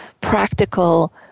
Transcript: practical